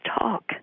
talk